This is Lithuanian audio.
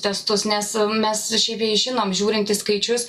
testus nes mes išeiviai žinom žiūrint į skaičius